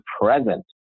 present